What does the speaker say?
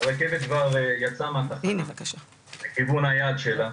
שהרכבת כבר יצאה מהתחנה לכיוון היעד שלה,